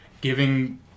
giving